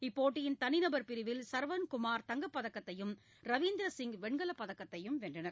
இப்போட்டியின் தனிநபர் பிரிவில் சர்வன் குமார் தங்கப் பதக்கத்தையும் ரவீந்திர சிங் வெண்கலப் பதக்கத்தையும் வென்றனர்